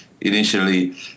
initially